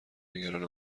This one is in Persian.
نگران